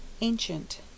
Ancient